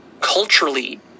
culturally